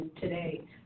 today